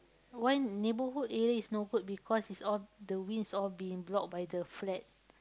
why neighbourhood area is no good because it's all the winds all being blocked by the flat